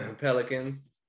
Pelicans